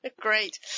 Great